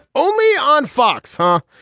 only on fox huh.